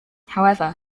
however